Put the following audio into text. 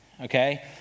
okay